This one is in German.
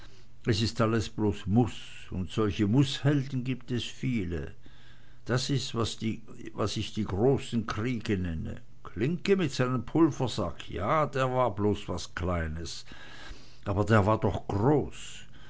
es ist alles bloß muß und solche mußhelden gibt es viele das is was ich die großen kriege nenne klinke mit seinem pulversack ja der war bloß was kleines aber er war doch groß